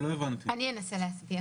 אנסה להסביר